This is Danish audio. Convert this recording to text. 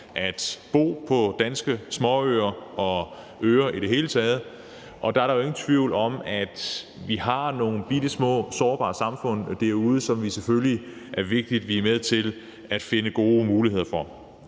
at bo på danske småøer og øer i det hele taget. Og der er ingen tvivl om, at vi har nogle bittesmå, sårbare samfund derude, som det selvfølgelig er vigtigt at vi er med til at finde gode muligheder for.